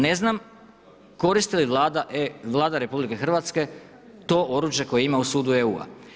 Ne znam koristi li Vlada RH to oruđe koje ima u sudu EU.